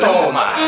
Toma